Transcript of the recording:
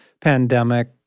pandemic